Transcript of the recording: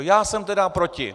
Já jsem tedy proti.